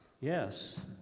yes